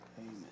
Amen